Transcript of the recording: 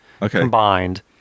combined